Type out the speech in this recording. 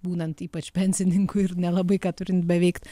būnant ypač pensininkui ir nelabai ką turint beveikt